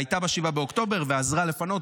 והייתה ב-7 באוקטובר ועזרה לפנות,